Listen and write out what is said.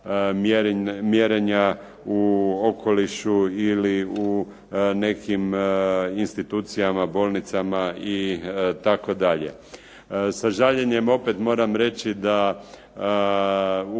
mjerenja u okolišu ili u nekim institucijama, bolnicama itd. Sa žaljenjem opet moram reći da u